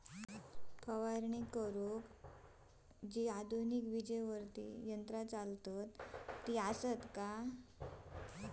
फवारणी करुची आधुनिक विजेवरती चलतत ती यंत्रा आसत काय?